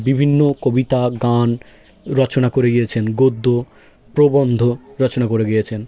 বিভিন্ন কবিতা গান রচনা করে গিয়েছেন গদ্য প্রবন্ধ রচনা করে গিয়েছেন